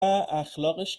اخلاقش